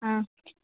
ആ